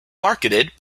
marketed